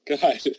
God